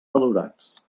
valorats